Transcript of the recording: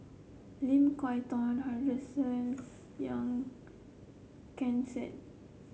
Lim Kay Tong Henderson Young Ken Seet